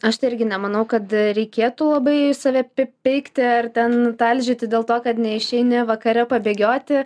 aš tai irgi nemanau kad reikėtų labai save peikti ar ten talžyti dėl to kad neišeini vakare pabėgioti